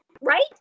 right